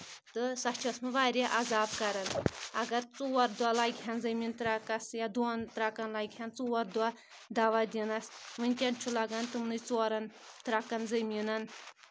تہٕ سۄ چھِ ٲسمٕژ واریاہ عزاب کران اگر ژور دۄہ لَگہِ ہن زٔمیٖن ترٛکس یا دۄن ترٛکن لَگہِ ہن ژور دۄہ دوہ دِنَس وٕنکؠن چھُ لَگن تٕمنٕے ژورن ترٛکن زٔمیٖنن